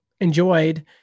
enjoyed